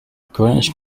greenwich